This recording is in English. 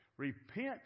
Repent